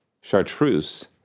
Chartreuse